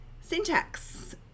Syntax